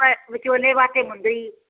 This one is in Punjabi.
ਵਿਚੋਲੇ ਵਾਸਤੇ ਮੁੰਦੀ ਜੀ